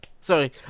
Sorry